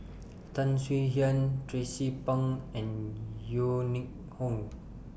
Tan Swie Hian Tracie Pang and Yeo Ning Hong